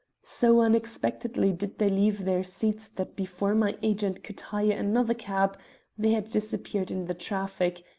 so unexpectedly did they leave their seats that before my agent could hire another cab they had disappeared in the traffic,